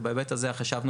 ובהיבט הזה חשבנו